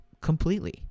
completely